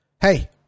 Hey